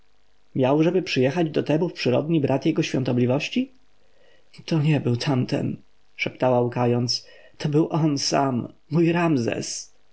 oknem miałżeby przyjechać do tebów przyrodni brat jego świątobliwości to nie był tamten szeptała łkając to był on sam